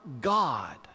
God